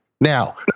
Now